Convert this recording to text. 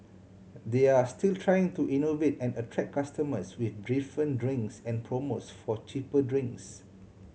they're still trying to innovate and attract customers with different drinks and promos for cheaper drinks